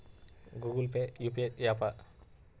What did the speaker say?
Google Pay UPI య్యాపా?